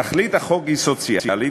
תכלית החוק היא סוציאלית: